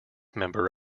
member